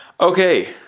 Okay